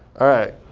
all right,